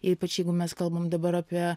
ypač jeigu mes kalbam dabar apie